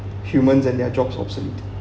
humans and their jobs obsolete